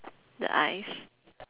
the eyes